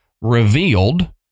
revealed